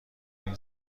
این